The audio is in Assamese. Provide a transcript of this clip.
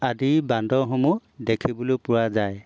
আদি বান্দৰসমূহ দেখিবলৈ পোৱা যায়